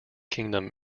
kingdom